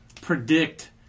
predict